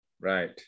Right